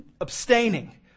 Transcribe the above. abstaining